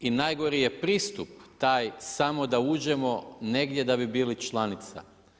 I najgori je pristup taj samo da uđemo negdje da bi bili članica.